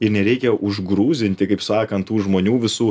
ir nereikia užgrūzinti kaip sakant tų žmonių visų